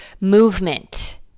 movement